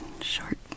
short